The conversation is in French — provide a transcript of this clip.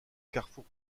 carrefour